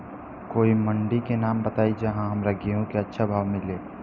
कोई मंडी के नाम बताई जहां हमरा गेहूं के अच्छा भाव मिले?